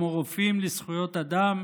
כמו רופאים לזכויות אדם,